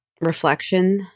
reflection